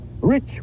Rich